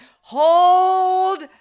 hold